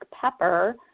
pepper